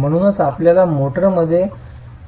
म्हणूनच आपल्याला मोर्टारमध्ये